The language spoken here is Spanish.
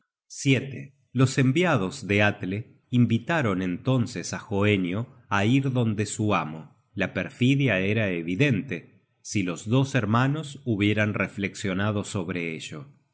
convidados los enviados de atle invitaron entonces á hoenio á ir donde su amo la perfidia era evidente si los dos hermanos hubieran reflexionado sobre ello